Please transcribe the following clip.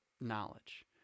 knowledge